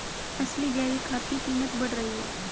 असली जैविक खाद की कीमत बढ़ रही है